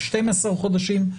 12 חודשים,